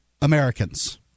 Americans